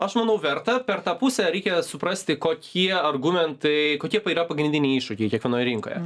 aš manau verta per tą pusę reikia suprasti kokie argumentai kokie pa yra pagrindiniai iššūkiai kiekvienoj rinkoje